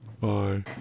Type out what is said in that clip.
bye